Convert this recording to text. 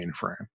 mainframe